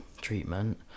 treatment